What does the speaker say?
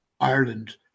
Ireland